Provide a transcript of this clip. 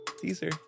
teaser